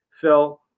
Phil